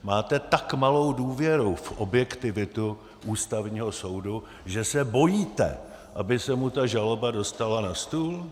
Máte tak malou důvěru v objektivitu Ústavního soudu, že se bojíte, aby se mu ta žaloba dostala na stůl?